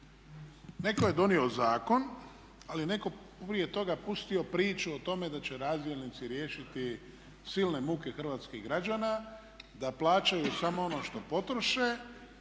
Netko je donio zakon, ali je netko prije toga pustio priču o tome da će razdjelnici riješiti silne muke hrvatskih građana, da plaćaju samo ono što potroše,